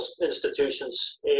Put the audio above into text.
institutions